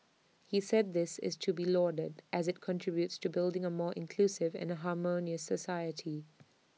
he said this is to be lauded as IT contributes to building A more inclusive and A harmonious society